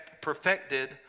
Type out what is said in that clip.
perfected